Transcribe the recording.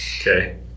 Okay